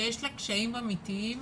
שיש לה קשיים אמיתיים